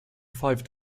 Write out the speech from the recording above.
five